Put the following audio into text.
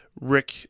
Rick